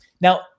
Now